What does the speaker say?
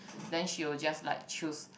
then she will just like choose